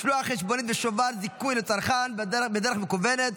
משלוח חשבונית ושובר זיכוי לצרכן בדרך מקוונת),